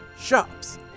shops